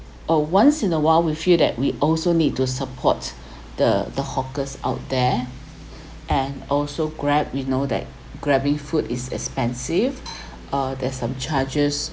uh once in a while we feel that we also need to support the the hawkers out there and also grab you know that Grab-ing food is expensive uh there is some charges